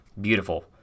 beautiful